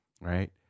right